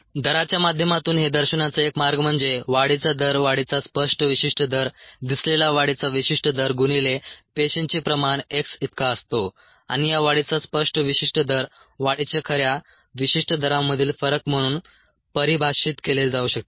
दराच्या माध्यमातून हे दर्शवण्याचा एक मार्ग म्हणजे वाढीचा दर वाढीचा स्पष्ट विशिष्ट दर दिसलेला वाढीचा विशिष्ट दर गुणिले पेशींचे प्रमाण x इतका असतो आणि या वाढीचा स्पष्ट विशिष्ट दर वाढीच्या खऱ्या विशिष्ट दरामधील फरक म्हणून परिभाषित केला जाऊ शकतो